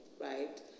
right